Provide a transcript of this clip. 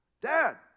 Dad